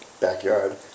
backyard